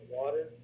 water